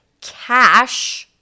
cash